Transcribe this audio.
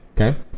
Okay